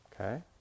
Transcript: Okay